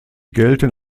gelten